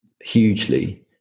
hugely